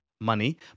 money